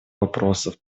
вопросов